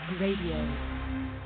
Radio